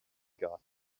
got